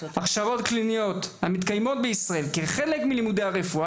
הכשרות קליניות המתקיימות בישראל כחלק מלימודי הרפואה,